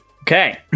Okay